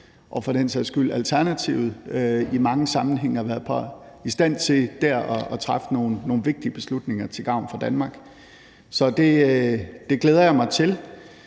og for den sags skyld Alternativet i mange sammenhænge har været i stand til at træffe nogle vigtige beslutninger til gavn for Danmark. Så det glæder jeg mig til.